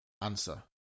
answer